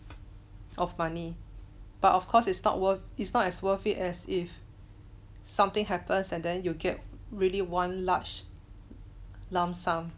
of money but of course it's not worth is not as worth it as if something happens and then you get really one large lump sum